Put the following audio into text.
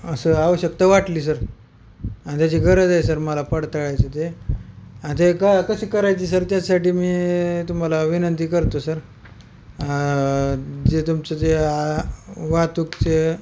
असं आवश्यकता वाटली सर आणि त्याची गरज आहे सर मला पडताळायचं ते ते का कशी करायचे सर त्याचसाठी मी तुम्हाला विनंती करतो सर जे तुमचं जे वाहतूकचे